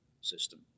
system